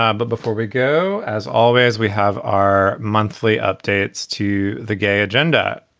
ah but before we go, as always, we have our monthly updates to the gay agenda.